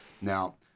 Now